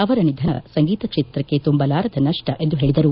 ಅವರ ನಿಧನ ಸಂಗೀತ ಕ್ಷೇತ್ರಕ್ಕೆ ತುಂಬಲಾರದ ನಷ್ವ ಎಂದು ಹೇಳಿದರು